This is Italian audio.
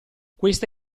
questa